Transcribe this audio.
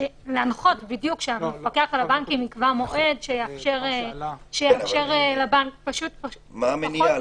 להנחות בדיוק שהמפקח על הבנקים יקבע מועד שיאפשר --- מה המניע?